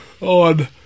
on